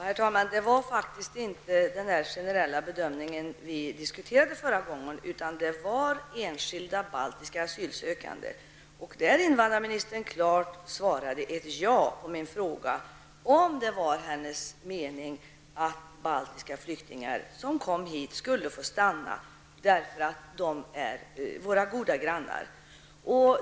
Herr talman! Det var faktiskt inte denna generella bedömning som vi diskuterade förra gången, utan det var enskilda baltiska asylsökande. Då svarade invandrarministern klart ja på min fråga om det var hennes mening att baltiska flyktingar som kommer hit skall få stanna därför att de är våra goda grannar.